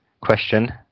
Question